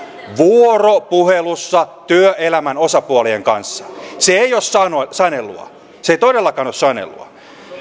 vuoropuhelussa työelämän osapuolien kanssa se ei ole sanelua se ei todellakaan ole sanelua